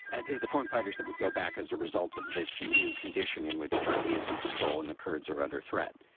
and the foreign fighters that would go back as a result of this new condition in which turkey is in control and the kurds are under threat.